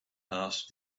asked